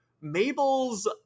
Mabel's